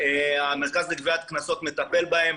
שהמרכז לגביית קנסות מטפל בהם.